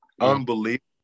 Unbelievable